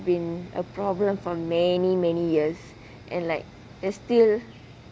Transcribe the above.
been a problem for many many years and like there's still